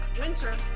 winter